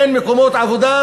אין מקומות עבודה,